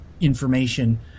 information